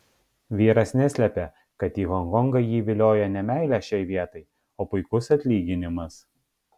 vyras neslepia kad į honkongą jį vilioja ne meilė šiai vietai o puikus atlyginimas